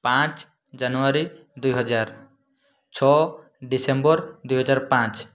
ପାଞ୍ଚ ଜାନୁଆରୀ ଦୁଇ ହଜାର ଛଅ ଡିସେମ୍ବର୍ ଦୁଇ ହଜାର ପାଞ୍ଚ